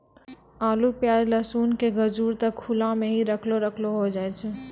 आलू, प्याज, लहसून आदि के गजूर त खुला मॅ हीं रखलो रखलो होय जाय छै